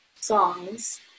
songs